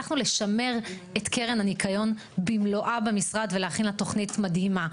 הצלחנו לשמר את קרן הניקין במלואה במשרד ולהכין לה תכנית מדהימה.